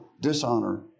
dishonor